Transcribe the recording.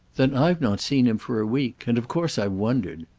then i've not seen him for a week and of course i've wondered.